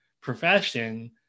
profession